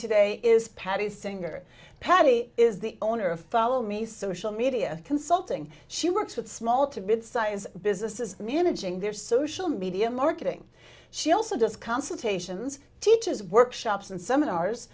today is patty singer patti is the owner of follow me social media consulting she works with small to mid size businesses managing their social media marketing she also does consultations teaches workshops and seminars